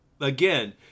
Again